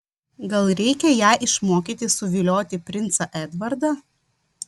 gal reikia ją išmokyti suvilioti princą edvardą